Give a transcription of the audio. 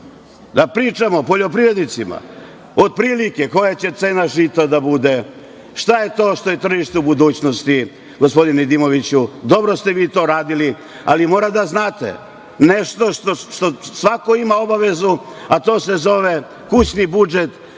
da pričamo o poljoprivrednicima, otprilike koja će cena žita da bude, šta je to što je tržište u budućnosti, gospodine Nedimoviću. Dobro ste vi to radili, ali morate da znate nešto što svako ima obavezu, a to se zove kućni budžet,